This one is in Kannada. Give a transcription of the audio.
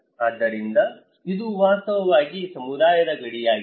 ಆದ್ದರಿಂದ ಇದು ವಾಸ್ತವವಾಗಿ ಸಮುದಾಯದ ಗಡಿಯಾಗಿದೆ